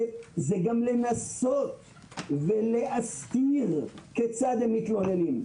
זה גם לנסות ולהסתיר כיצד הם מתלוננים.